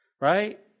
right